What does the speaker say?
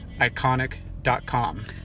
iconic.com